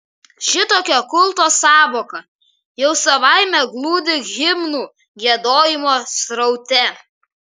šitokia kulto sąvoka jau savaime glūdi himnų giedojimo sraute